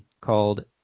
called